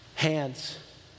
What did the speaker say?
hands